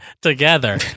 together